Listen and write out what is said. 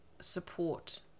support